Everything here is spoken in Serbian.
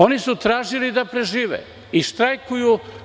Oni su tražili da prežive i štrajkuju.